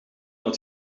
het